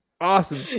Awesome